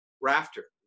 Rafter